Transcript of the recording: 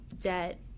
debt